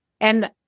And-